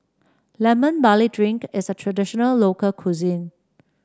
Lemon Barley Drink is a traditional local cuisine